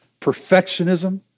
perfectionism